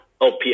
OPS